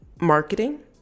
marketing